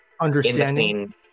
understanding